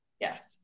Yes